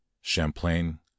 champlain